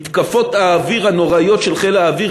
מתקפות האוויר הנוראיות של חיל האוויר